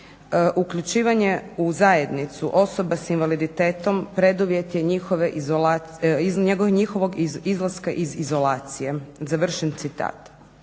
"Uključivanje u zajednicu osoba s invaliditetom preduvjet je njihovog izlaska iz izolacije.". I sad